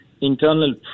internal